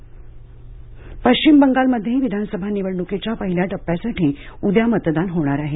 बंगाल निवडणक पश्विम बंगालमध्येही विधानसभा निवडणुकीच्या पहिल्या टप्प्यासाठी उद्या मतदान होणार आहे